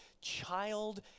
child